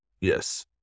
Yes